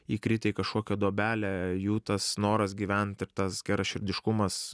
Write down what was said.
įkritę į kažkokią duobelę jų tas noras gyvent ir tas geraširdiškumas